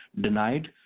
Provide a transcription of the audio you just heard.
denied